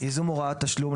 ייזום הוראת תשלום,